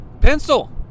pencil